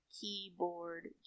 Keyboard